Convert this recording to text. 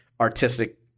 artistic